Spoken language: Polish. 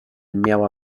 miała